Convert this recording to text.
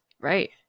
Right